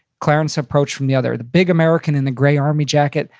clarence approached from the other. the big american in the gray army jacket.